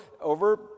over